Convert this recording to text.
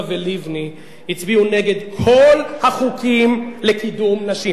ולבני הצביעו נגד כל החוקים לקידום נשים?